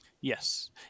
Yes